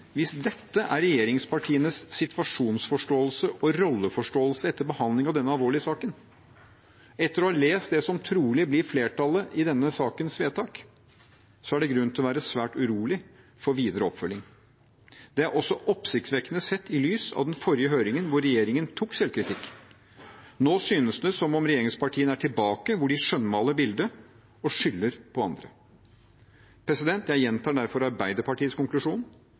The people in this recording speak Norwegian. Hvis dette er regjeringspartienes situasjonsforståelse og rolleforståelse etter behandlingen av denne alvorlige saken, etter å ha lest det som trolig blir vedtaket fra flertallet i denne saken, er det grunn til å være svært urolig for videre oppfølging. Det er også oppsiktsvekkende sett i lys av den forrige høringen, der regjeringen tok selvkritikk. Nå synes det som om regjeringspartiene er tilbake der de skjønnmaler bildet og skylder på andre. Jeg gjentar derfor Arbeiderpartiets konklusjon: